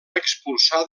expulsar